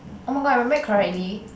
oh-my-god I remember it correctly